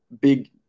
big